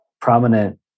prominent